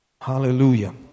Hallelujah